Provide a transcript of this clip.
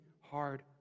hard